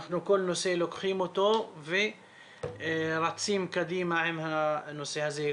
אנחנו לוקחים כל נושא ורצים קדימה עם הנושא הזה.